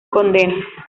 condena